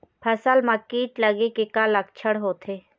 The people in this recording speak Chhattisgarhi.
फसल म कीट लगे के का लक्षण होथे?